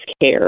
care